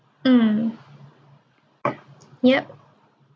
mm yup